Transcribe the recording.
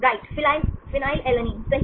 right phenylalanine सही